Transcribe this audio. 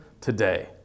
today